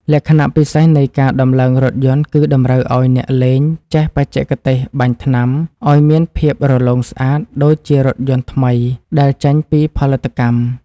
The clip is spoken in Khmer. លក្ខណៈពិសេសនៃការដំឡើងរថយន្តគឺតម្រូវឱ្យអ្នកលេងចេះបច្ចេកទេសបាញ់ថ្នាំឱ្យមានភាពរលោងស្អាតដូចជារថយន្តថ្មីដែលចេញពីផលិតកម្ម។